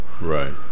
Right